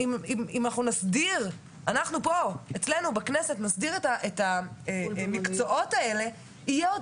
אם אנחנו נסדיר בכנסת את המקצועות האלה יהיה עוד